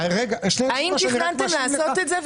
האם תכננתם לעשות את זה,